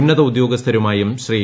ഉന്നത ഉദ്യോഗസ്ഥരുമായും ശ്രീ